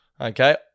Okay